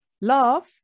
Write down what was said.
love